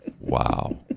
Wow